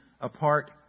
apart